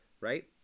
right